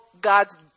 God's